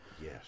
yes